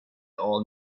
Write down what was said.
all